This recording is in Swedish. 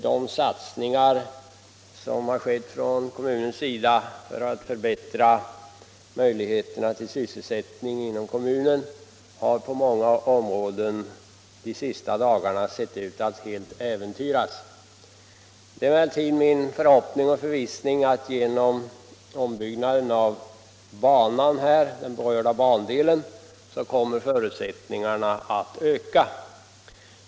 De satsningar som gjorts från kommunens sida för att förbättra möjligheterna till sysselsättning inom kommunen har på många områden under de senaste dagarna sett ut att helt äventyras. Det är emellertid min förvissning att genom ombyggnaden av den berörda bandelen skall förutsättningarna för en förbättring av förhållandena öka.